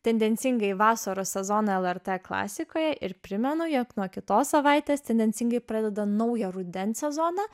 tendencingai vasaros sezoną lrt klasikoje ir primenu jog nuo kitos savaitės tendencingai pradeda naują rudens sezoną